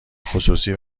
خصوصی